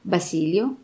Basilio